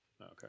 Okay